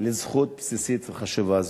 לזכות בסיסית וחשובה זו.